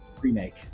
remake